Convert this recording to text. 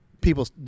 people